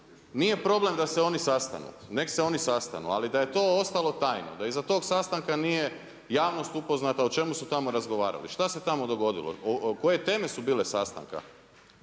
nije problem da se oni sastanu, nek se oni sastanu, ali da je to ostalo tajno, da iza tog sastanka javnost nije upoznate o čemu su tamo razgovarali, šta se tamo dogodilo, koje teme su bile sastanka